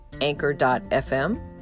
anchor.fm